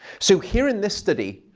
so here in this study,